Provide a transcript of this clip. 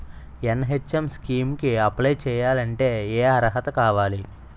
NHM scheme కి apply చేయాలి అంటే ఏ అర్హత కావాలి?